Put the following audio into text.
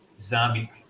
zombie